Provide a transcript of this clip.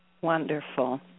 Wonderful